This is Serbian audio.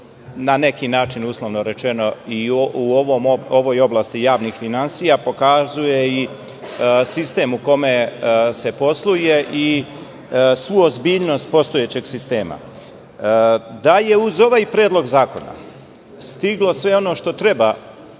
na neki način, uslovno rečeno, i u ovoj oblasti javnih finansija pokazuje i sistem u kome se posluje i svu ozbiljnost postojećeg sistema. Da je uz ovaj predlog zakona stiglo sve ono što treba